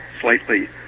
slightly